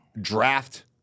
draft